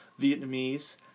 Vietnamese